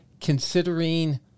considering